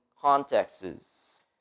contexts